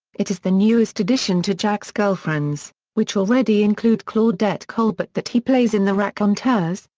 it is the newest addition to jack's girlfriends which already include claudette colbert that he plays in the raconteurs,